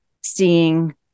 seeing